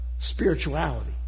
spirituality